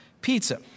pizza